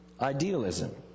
idealism